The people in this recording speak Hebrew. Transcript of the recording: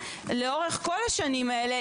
לאורך כל השנים האלה,